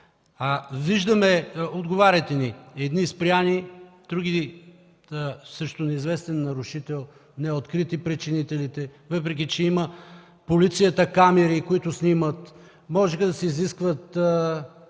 Отговаряте ни: едни спрени, други срещу неизвестен нарушител, неоткрити причинителите, въпреки че полицията има камери, които снимат; можеха да се изискат